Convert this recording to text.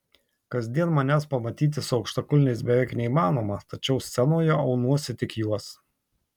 kasdien manęs pamatyti su aukštakulniais beveik neįmanoma tačiau scenoje aunuosi tik juos